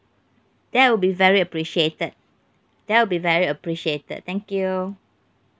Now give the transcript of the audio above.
that will be very appreciated that will be very appreciated thank you